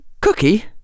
cookie